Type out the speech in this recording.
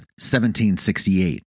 1768